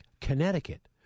Connecticut